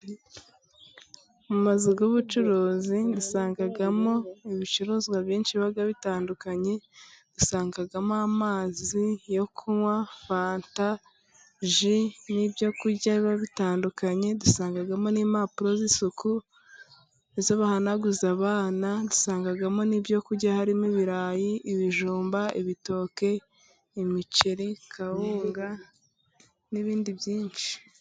Mu mazu y'ubucuruzi dusangamo ibicuruzwa byinshi biba bitandukanye, dusangamo amazi yo kunywa, fanta, ji n'ibyo kurya biba bitandukanye dusangamo n'impapuro z'isuku zo bahanaguza abana, dunsangamo n'ibyo kurya harimo: ibirayi, ibijumba, ibitoke, imiceri, kawunga n'ibindi byinshi.